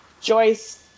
Joyce